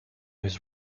his